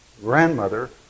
grandmother